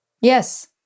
Yes